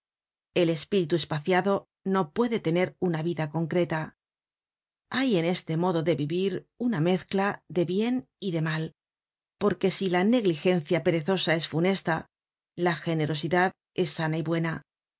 el espíritu espaciado no puede tener una vida concreta hay en este modo de vivir una mezcla de bien y de mal porque si la negligencia perezosa es funesta la generosidad es sana y buena